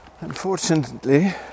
unfortunately